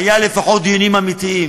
היו לפחות דיונים אמיתיים.